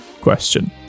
Question